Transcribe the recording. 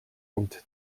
und